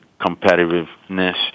competitiveness